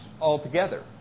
altogether